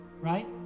Right